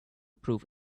proof